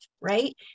right